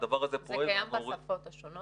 הדבר הזה פועל ואנחנו רואים --- זה קיים בשפות שונות,